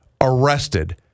arrested